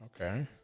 Okay